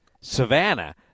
Savannah